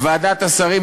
ואל תברחו מזה.